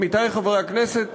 עמיתי חברי הכנסת,